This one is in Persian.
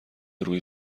روی